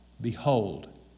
behold